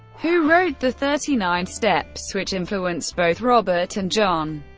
who wrote the thirty-nine steps, which influenced both robert and john.